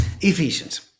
ephesians